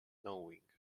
knowing